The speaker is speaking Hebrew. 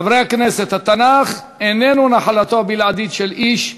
חברי הכנסת, התנ"ך איננו נחלתו הבלעדית של איש.